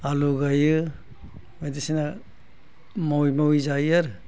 आलु गायो बायदिसिना मावै मावै जायो आरो